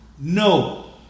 No